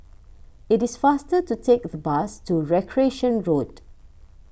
it is faster to take the bus to Recreation Road